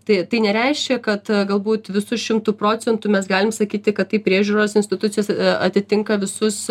tai tai nereiškia kad galbūt visu šimtu procentų mes galim sakyti kad tai priežiūros institucijos atitinka visus